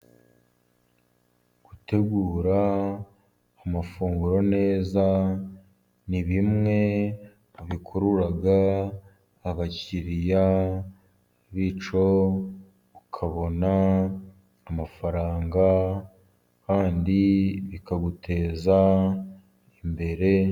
Gutegura amafunguro neza, ni bimwe bikurura abakiriya, bityo ukabona amafaranga, kandi bikaguteza imbere.